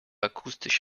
akustisch